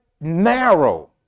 narrow